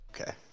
Okay